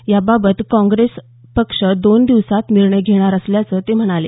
याबाबत काँग्रेस पक्ष दोन दिवसांत निर्णय घेणार असल्याचं ते म्हणाले